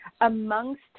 amongst